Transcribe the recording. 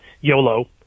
YOLO